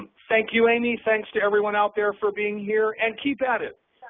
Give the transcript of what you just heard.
thank you, amy. thanks to everyone out there for being here. and keep at it,